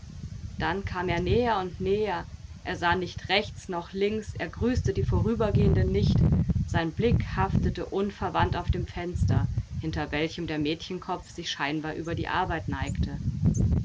dann kam er näher und näher er sah nicht rechts noch links er grüßte die vorübergehenden nicht sein blick haftete unverwandt auf dem fenster hinter welchem der mädchenkopf sich scheinbar über die arbeit neigte